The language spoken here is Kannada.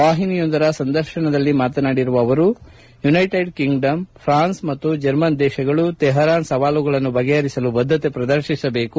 ವಾಹಿನಿಯೊಂದರ ಸಂದರ್ಶನದಲ್ಲಿ ಮಾತನಾಡಿರುವ ಅವರು ಯುನೈಟೆಡ್ ಕಿಂಗ್ಡಮ್ ಫ್ರಾನ್ಸ್ ಮತ್ತು ಜರ್ಮನ್ ದೇಶಗಳು ತೆಪರಾನ್ ಸವಾಲುಗಳನ್ನು ಬಗೆಹರಿಸಲು ಬದ್ಧತೆ ಪ್ರದರ್ತಿಸಬೇಕು